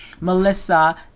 Melissa